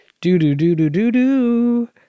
Do-do-do-do-do-do